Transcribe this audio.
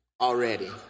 already